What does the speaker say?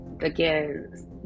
again